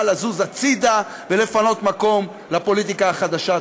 לזוז הצדה ולפנות מקום לפוליטיקה החדשה.